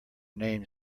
named